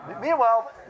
Meanwhile